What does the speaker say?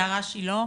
יערה שילה.